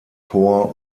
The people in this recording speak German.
chor